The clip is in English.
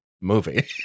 movie